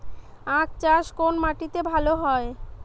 আখ চাষ কোন মাটিতে ভালো হয়?